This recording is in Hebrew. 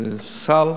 לסל.